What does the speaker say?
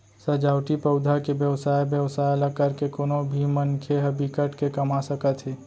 सजावटी पउधा के बेवसाय बेवसाय ल करके कोनो भी मनखे ह बिकट के कमा सकत हे